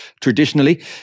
Traditionally